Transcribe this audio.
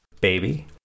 Baby